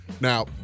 now